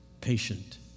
patient